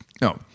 No